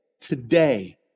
today